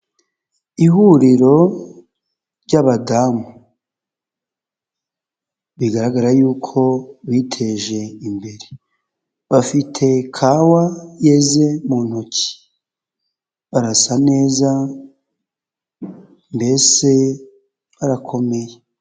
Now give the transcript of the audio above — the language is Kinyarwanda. Ihuriro ry'abadamu, bigaragara yuko biteje imbere, bafite kawa yeze mu ntoki, barasa neza, mbese arakomeye.